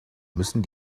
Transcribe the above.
müssten